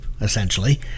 essentially